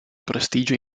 prestigio